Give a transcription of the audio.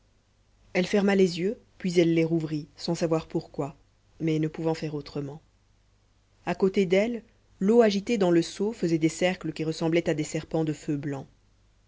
elle ferma les yeux puis elle les rouvrit sans savoir pourquoi mais ne pouvant faire autrement à côté d'elle l'eau agitée dans le seau faisait des cercles qui ressemblaient à des serpents de feu blanc